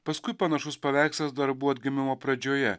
paskui panašus paveikslas dar buvo atgimimo pradžioje